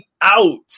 out